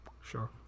Sure